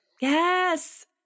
Yes